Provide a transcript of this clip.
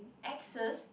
axes